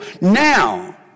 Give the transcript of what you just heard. Now